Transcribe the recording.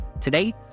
today